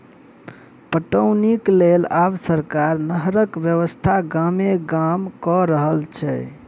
पटौनीक लेल आब सरकार नहरक व्यवस्था गामे गाम क रहल छै